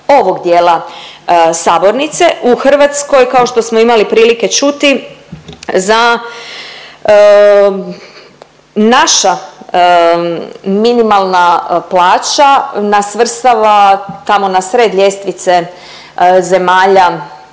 ovog dijela sabornice. U Hrvatskoj kao što smo imali prilike čuti za naša minimalna plaća nas svrstava tamo na sred ljestvice zemalja